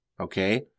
Okay